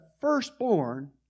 firstborn